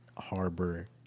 harbor